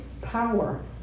power